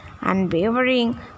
unwavering